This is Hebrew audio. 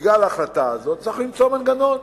בגלל ההחלטה הזאת, צריך למצוא מנגנון.